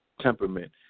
temperament